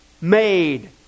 made